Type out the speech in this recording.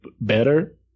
better